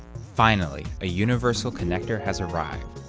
finally, a universal connector has arrived.